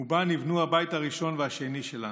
ובה נבנו הבית הראשון והשני שלנו.